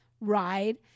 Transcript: ride